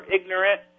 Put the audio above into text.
ignorant